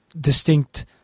Distinct